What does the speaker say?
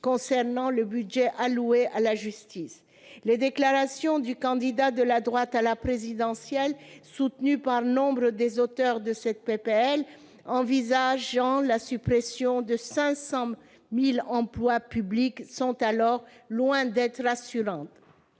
concernant le budget alloué à la justice. Les déclarations du candidat de la droite à l'élection présidentielle, soutenu par nombre des auteurs de ce texte, envisageant la suppression de 500 000 emplois publics, sont alors loin d'être rassurantes.